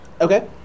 Okay